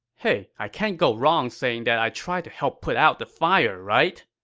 hey, i can't go wrong saying that i tried to help put out the fire, right?